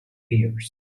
peers